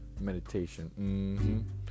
Meditation